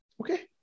Okay